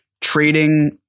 trading